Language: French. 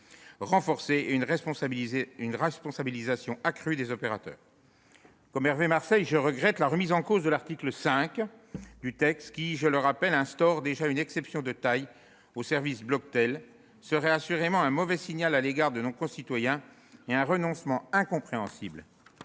renforcées et une responsabilisation accrue des opérateurs. Comme Hervé Marseille, je regrette la remise en cause de l'article 5 du texte, qui, je le rappelle, prévoyait une exception de taille au service Bloctel. C'est assurément un mauvais signal envoyé à nos concitoyens et un renoncement incompréhensible.